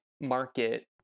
market